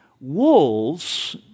Wolves